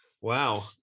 wow